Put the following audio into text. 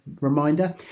reminder